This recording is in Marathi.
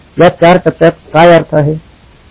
या चार टप्प्यात काय अर्थ आहे